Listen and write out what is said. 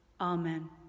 Amen